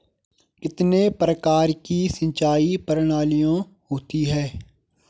कितने प्रकार की सिंचाई प्रणालियों होती हैं?